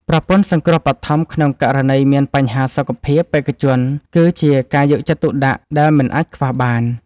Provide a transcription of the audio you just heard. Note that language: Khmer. ប្រព័ន្ធសង្គ្រោះបឋមក្នុងករណីមានបញ្ហាសុខភាពបេក្ខជនគឺជាការយកចិត្តទុកដាក់ដែលមិនអាចខ្វះបាន។